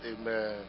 amen